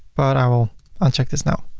but i will uncheck this now,